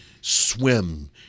swim